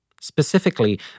specifically